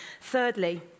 Thirdly